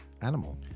animal